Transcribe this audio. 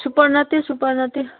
super ꯅꯠꯇꯦ ꯁꯨꯄꯔ ꯅꯠꯇꯦ